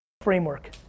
framework